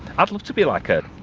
i'd love to be like a.